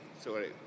Sorry